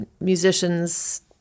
musicians